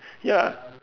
ya